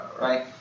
Right